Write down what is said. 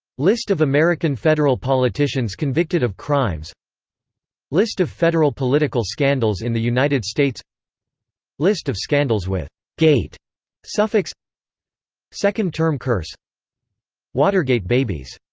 list of american federal politicians convicted of crimes list of federal political scandals in the united states list of scandals with gate suffix second-term curse watergate babies